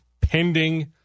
pending